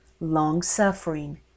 long-suffering